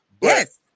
Yes